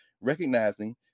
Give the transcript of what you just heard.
recognizing